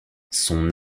son